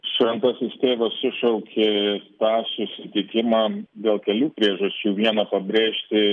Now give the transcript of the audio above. šventasis tėvas sušaukė tą susitikimą dėl kelių priežasčių viena pabrėžti